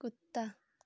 कुत्ता